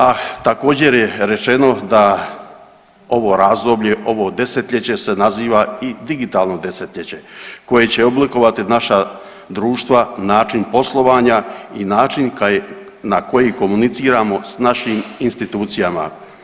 A također je rečeno da ovo razdoblje, ovo desetljeće se naziva i digitalno desetljeće koje će oblikovati naša društva, način poslovanja i način na koji komuniciramo s našim institucijama.